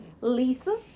Lisa